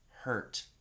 hurt